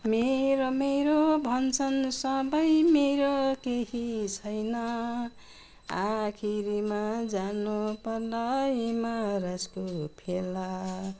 मेरो मेरो भन्छन् सबै मेरो केही छैन आखिरीमा जानुपर्ला यमराजको फेला